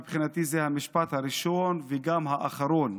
ומבחינתי זה המשפט הראשון וגם האחרון: